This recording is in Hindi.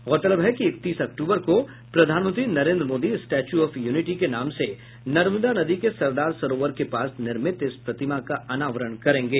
गौरतलब है कि इकतीस अक्टूबर को प्रधानमंत्री Narendra Modi statue of unity के नाम से नर्मदा नदी के सरदार सरोवर के पास निर्मित इस प्रतिमा का अनावरण करेंगे